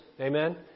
Amen